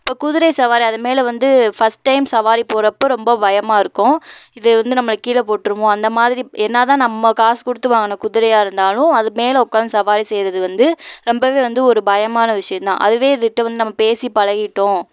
இப்போ குதிரை சவாரி அது மேலே வந்து ஃபர்ஸ்ட் டைம் சவாரி போகிறப்போ ரொம்ப பயமாக இருக்கும் இது வந்து நம்மளை கீழே போட்டிருமோ அந்த மாதிரி என்ன தான் நம்ம காசு கொடுத்து வாங்கின குதிரையாக இருந்தாலும் அது மேலே உக்காந்து சவாரி செய்கிறது வந்து ரொம்பவே வந்து ஒரு பயமான விஷயம் தான் அதுவே அதுகிட்ட வந்து நம்ம பேசி பழகிட்டோம்